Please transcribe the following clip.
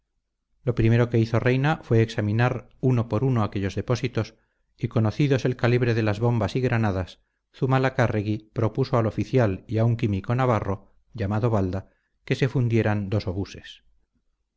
lo primero que hizo reina fue examinar uno por uno aquellos depósitos y conocidos el calibre de las bombas y granadas zumalacárregui propuso al oficial y a un químico navarro llamado balda que le fundieran dos obuses